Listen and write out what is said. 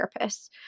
therapists